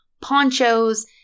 ponchos